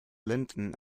linton